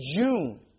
June